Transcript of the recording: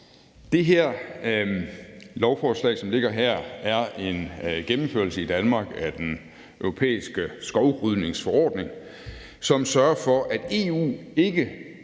Det lovforslag, som ligger her, er en gennemførelse i Danmark af den europæiske skovrydningsforordning, som sørger for, at EU ikke